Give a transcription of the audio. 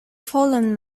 fallen